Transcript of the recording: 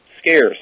scarce